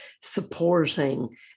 supporting